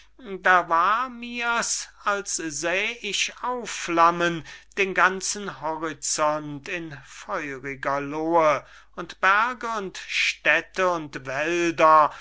da war mir's als säh ich aufflammen den ganzen horizont in feuriger lohe und berge und städte und wälder